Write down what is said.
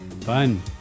Fun